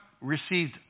received